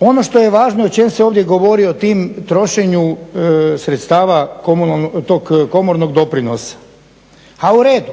ono što je važno, o čemu se ovdje govori o tim trošenju sredstava tog komornog doprinosa. A u redu.